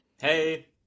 Hey